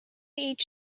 each